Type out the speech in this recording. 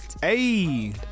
Hey